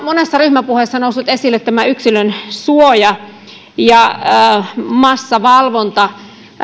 monessa ryhmäpuheessa nousseet esille yksilönsuoja ja massavalvonta